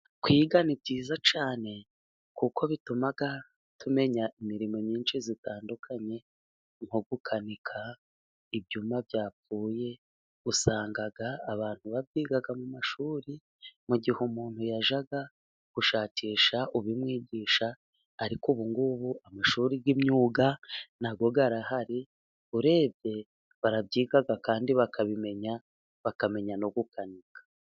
Kwiga ni byiza cyane kuko bituma tumenya imirimo myinshi itandukanye, nko gukanika ibyuma byapfuye. Usanga abantu babyiga mu mashuri, mu gihe umuntu yajyaga gushakisha ubimwigisha, ariko ubu ng'ubu amashuri y'imyuga nayo arahari, urebye barabyiga kandi bakabimenya, bakamenya no gukanika.